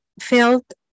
felt